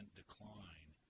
decline